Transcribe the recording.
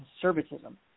conservatism